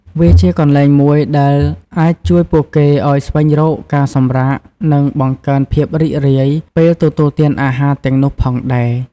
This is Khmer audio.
វាជាកន្លែងមួយដែលអាចជួយពួកគេឲ្យស្វែងរកការសម្រាក និងបង្កើនភាពរីករាយពេលទទួលទានអាហារទាំងនោះផងដែរ។